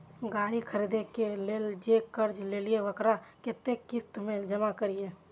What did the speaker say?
गाड़ी खरदे के लेल जे कर्जा लेलिए वकरा कतेक किस्त में जमा करिए?